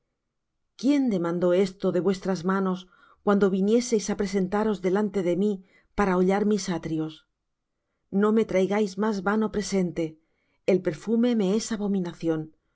quién demandó esto de vuestras manos cuando vinieseis á presentaros delante de mí para hollar mis atrios no me traigáis más vano presente el perfume me es abominación